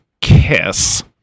kiss